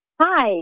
Hi